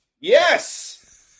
Yes